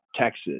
Texas